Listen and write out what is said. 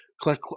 Click